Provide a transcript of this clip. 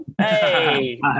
Hey